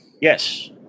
Yes